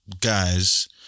guys